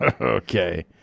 okay